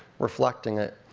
reflecting it.